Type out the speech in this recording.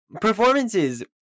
Performances